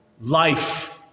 Life